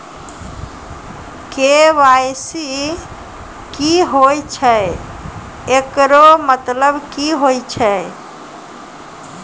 KYC की होय छै, एकरो मतलब की होय छै?